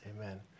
amen